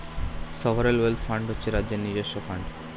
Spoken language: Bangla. সভারেন ওয়েল্থ ফান্ড হচ্ছে রাজ্যের নিজস্ব ফান্ড